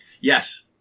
Yes